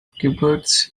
kibbutz